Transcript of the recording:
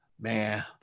Man